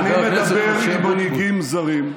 אני מדבר עם מנהיגים זרים,